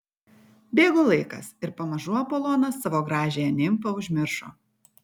bėgo laikas ir pamažu apolonas savo gražiąją nimfą užmiršo